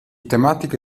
tematiche